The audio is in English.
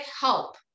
help